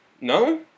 No